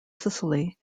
sicily